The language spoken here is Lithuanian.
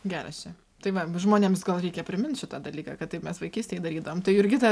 geras čia tai va žmonėms gal reikia primint šitą dalyką kad taip mes vaikystėj darydavom tai jurgita